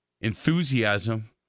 enthusiasm